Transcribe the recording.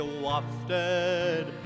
wafted